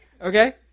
Okay